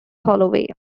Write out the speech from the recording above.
holloway